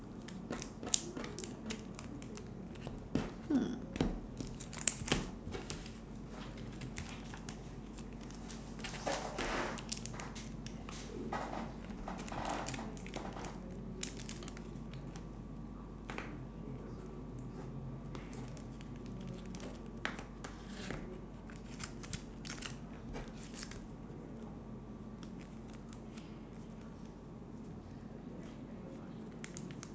hmm